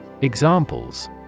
Examples